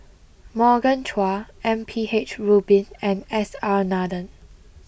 Morgan Chua M P H Rubin and S R Nathan